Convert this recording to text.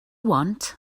want